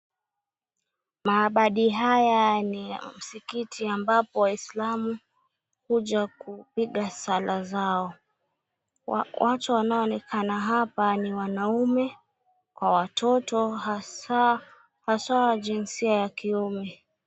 Maabadi haya ni ya msikiti ambapo waislamu huja kupiga sala zao. Watu wanaonekana hapa ni wanaume kwa watoto hasa wa jinsia ya kiume.